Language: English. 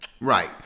Right